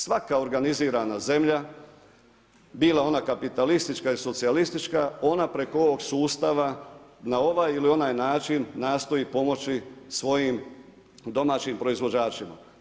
Svaka organizirana zemlja bila ona kapitalistička i socijalistička ona preko ovog sustava na ovaj ili onaj način nastoji pomoći svojim domaćim proizvođačima.